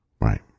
Right